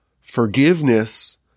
forgiveness